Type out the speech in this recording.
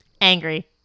angry